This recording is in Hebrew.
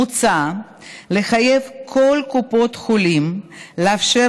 מוצע לחייב את כל קופות החולים לאפשר